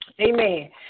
Amen